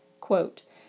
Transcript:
Quote